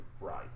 right